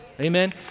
Amen